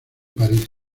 parís